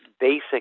basic